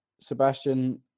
sebastian